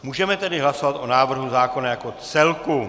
Můžeme tedy hlasovat o návrhu zákona jako celku.